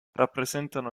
rappresentano